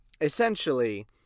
essentially